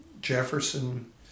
Jefferson